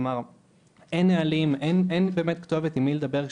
כלומר אין נהלים ואין באמת כתובת עם מי לדבר.